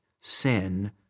sin